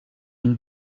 une